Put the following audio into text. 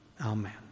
Amen